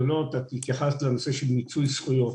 התייחסת לנושא של מיצוי זכויות,